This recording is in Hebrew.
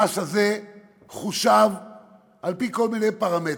המס הזה חושב על-פי כל מיני פרמטרים.